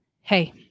hey